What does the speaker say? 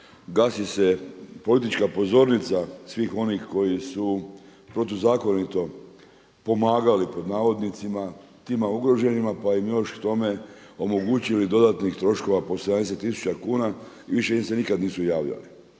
gasi se politička pozornica svih onih koji su protuzakonito „pomagali“ tima ugroženima pa im još k tome omogućili dodatnih troškova po 70 tisuća kuna i više im se nikada nisu javljali.